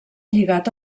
lligat